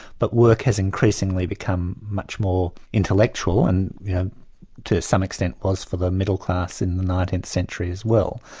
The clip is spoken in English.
but work has increasingly become much more intellectual and to some extent was for the middle class in the nineteenth century as well.